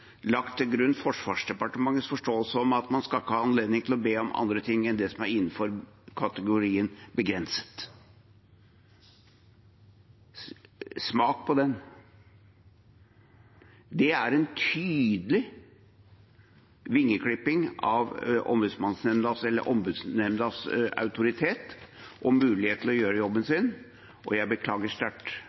lagt til grunn Forsvarsdepartementets forståelse av at man ikke skal ha anledning til å be om andre ting enn det som er innenfor kategorien «begrenset». Smak på den. Det er en tydelig vingeklipping av Ombudsnemndas autoritet og mulighet til å gjøre jobben sin, og jeg beklager sterkt